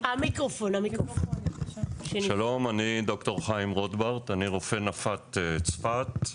אני רופא נפת צפת,